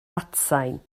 atsain